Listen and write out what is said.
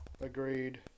Agreed